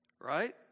Right